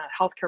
healthcare